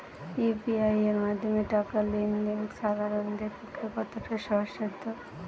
UPI এর মাধ্যমে টাকা লেন দেন সাধারনদের পক্ষে কতটা সহজসাধ্য?